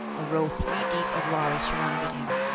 a row three-deep of lhari surrounded him,